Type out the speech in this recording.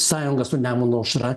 sąjunga su nemuno aušra